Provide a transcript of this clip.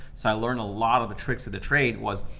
so i learned a lot of the tricks of the trade was,